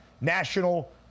national